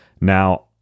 Now